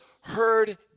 heard